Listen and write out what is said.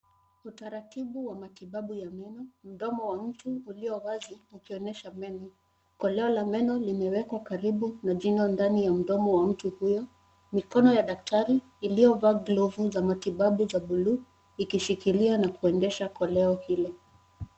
Utaratibu wa matibabu wa meno. Mdomo wa mtu ulio wazi ukionyesha meno. Kolea la meno limewekwa karibu na jino ndani Ya mdomo wa mtu huyo. Mikono ya daktari iliyovaa glovu za matibabu ya buluu, ikishikilia na kuendesha koleo hilo.